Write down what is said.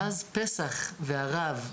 ואז פסח והרב,